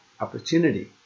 opportunity